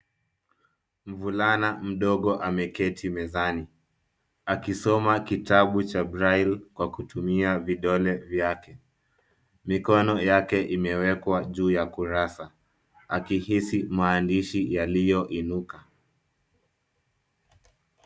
Mvulana mdogo ameketi mezani akisoma kitabu cha braille kwa kutumia vidole vyake. Mikono yake imewekwa juu ya kurasa akihisi maandishi yaliyoinuka.